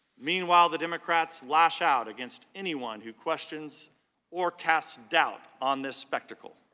meanwhile, the democrats lash out against anyone who questions or cast out on the spectacle.